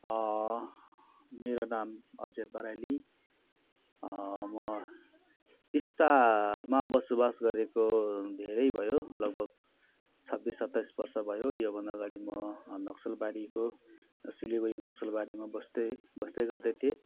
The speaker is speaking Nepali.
मेरो नाम अजय बराइली म टिस्टामा बसोबास गरेको धेरै भयो लगभग छब्बिस सत्ताइस वर्ष भयो यो भन्दा अगाडि म नक्सलबारीको सिलगढी नक्सलबारीमा बस्थ्ये बस्दै गर्दै थिएँ